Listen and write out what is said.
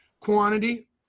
quantity